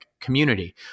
community